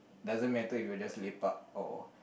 doesn't matter if you are just lepak or